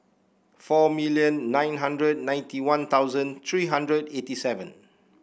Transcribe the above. four million nine hundred ninety One Thousand three hundred eighty seven